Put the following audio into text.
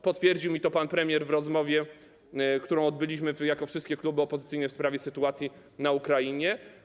Potwierdził mi to pan premier w rozmowie, którą odbyliśmy jako wszystkie kluby opozycyjne w sprawie sytuacji na Ukrainie.